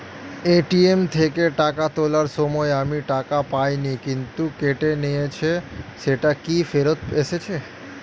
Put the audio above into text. ATM থেকে টাকা তোলার সময় আমি টাকা পাইনি কিন্তু কেটে নিয়েছে সেটা কি ফেরত এসেছে?